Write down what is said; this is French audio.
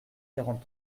quarante